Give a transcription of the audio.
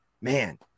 man